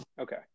okay